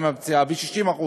שלו, והוא